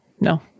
No